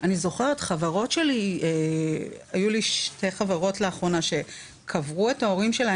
אני זוכרת חברות שלי היו לי שתי חברות שלאחרונה קברו את ההורים שלהן